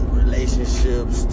relationships